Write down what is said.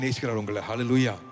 Hallelujah